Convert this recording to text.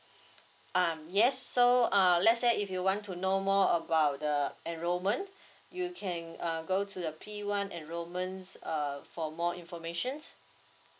um yes so err let's say if you want to know more about the enrollment you can err go to the P one enrollment err for more informations